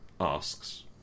asks